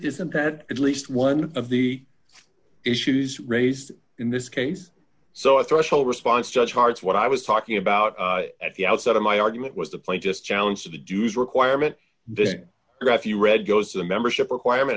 isn't that at least one of the issues raised in this case so a threshold response judge hearts what i was talking about at the outset of my argument was the point just challenge to the jews requirement then graf you read goes the membership requirement